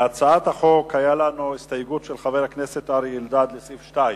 להצעת החוק היתה לנו הסתייגות של חבר הכנסת אריה אלדד לסעיף 2,